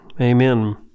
amen